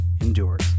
endures